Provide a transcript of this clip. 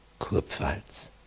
Kurpfalz